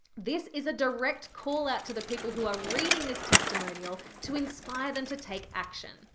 this is a direct call-out to the people who are reading this testimonial, to inspire them to take action.